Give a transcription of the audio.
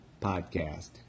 Podcast